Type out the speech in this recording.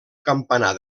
campanar